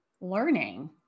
learning